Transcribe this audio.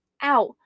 out